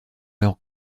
leur